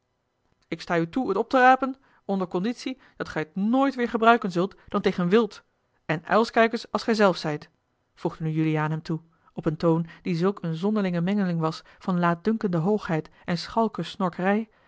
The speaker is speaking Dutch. ik sta u toe het op te rapen onder conditie dat gij het nooit weêr gebruiken zult dan tegen wild en uilskuikens als gij zelf zijt voegde nu juliaan hem toe op een toon die zulk eene zonderlinge mengeling was van laatdunkende hoogheid en schalke snorkerij